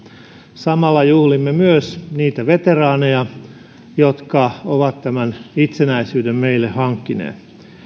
samalla juhlimme myös niitä veteraaneja jotka ovat itsenäisyyden meille hankkineet